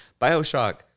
Bioshock